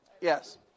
Yes